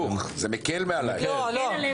להיפך, זה מקל את העומס.